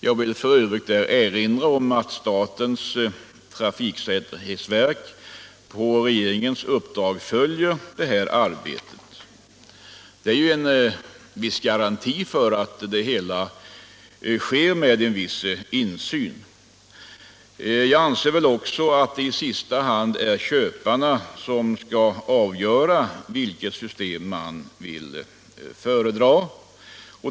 Jag vill f. ö. här erinra om att statens trafiksäkerhetsverk på regeringens uppdrag följer det arbetet. Detta är ju en garanti för att det hela sker med en viss insyn. Jag anser också att det i sista hand är köparna som skall avgöra vilket system som är att föredra.